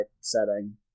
setting